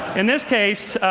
in this case,